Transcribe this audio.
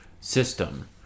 system